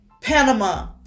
Panama